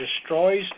destroys